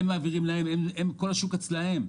כל השוק אצלם.